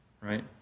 right